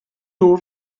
nhw